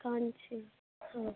काञ्चि हा